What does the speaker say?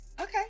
Okay